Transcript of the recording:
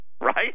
right